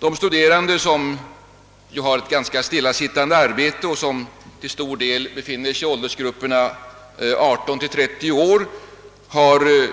De studerande, som ju har ett relativt stillasittande arbete och som till stor del befinner sig i åldersgrupperna 18—530 år, har